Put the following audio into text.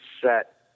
set